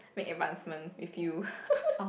make advancement with you